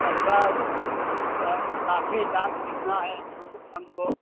अच्छा का काफी डांस सीखना है हम लोग हमको